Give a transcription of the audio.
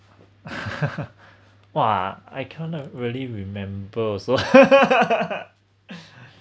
!wah! I can't not really remember also